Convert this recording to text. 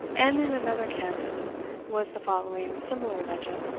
and in another canton was the following similar legend